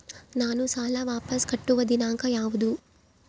ನಾನು ಸಾಲ ವಾಪಸ್ ಕಟ್ಟುವ ದಿನಾಂಕ ಯಾವುದು?